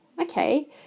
okay